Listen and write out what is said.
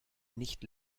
nicht